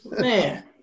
man